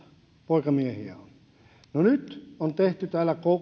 poikamiehiä on no nyt on tehty täällä